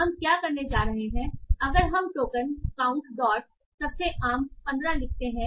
हम क्या करने जा रहे हैं अगर हम टोकन काउंट डॉट सबसे आम 15 लिखते हैं